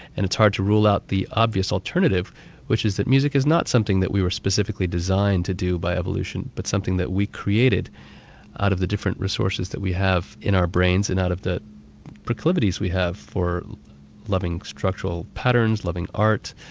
and it's hard to rule out the obvious alternative which is that music is not something that we were specifically designed to do by evolution, but something that we created out of the different resources that we have in our brains and out of the proclivities that we have for loving structural patterns, loving art,